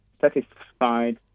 satisfied